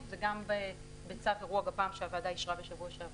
וגם בצו אירוע גפ"מ שהוועדה אישרה בשבוע שעבר.